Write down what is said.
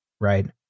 right